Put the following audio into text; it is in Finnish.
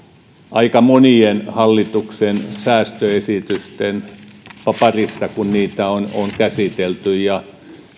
aika monien hallituksen säästöesitysten parissa kun niitä on käsitelty